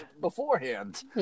beforehand